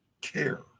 care